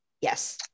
Yes